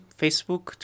Facebook